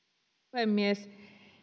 puhemies